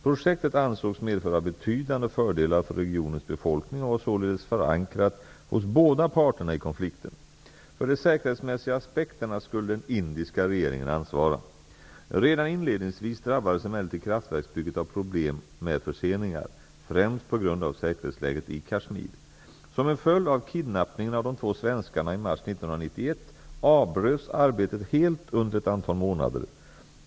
Projektet ansågs medföra betydande fördelar för regionens befolkning och var således förankrat hos båda parterna i konflikten. För de säkerhetsmässiga aspekterna skulle den indiska regeringen ansvara. Redan inledningsvis drabbades emellertid kraftverksbygget av problem med förseningar, främst på grund av säkerhetsläget i Kashmir. Som en följd av kidnappningen av de två svenskarna i mars 1991 avbröts arbetet helt under ett antal månader.